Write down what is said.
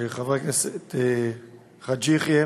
חבר הכנסת חאג' יחיא,